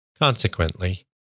Consequently